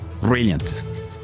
Brilliant